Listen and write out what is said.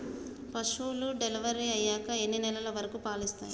పశువులు డెలివరీ అయ్యాక ఎన్ని నెలల వరకు పాలు ఇస్తాయి?